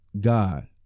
God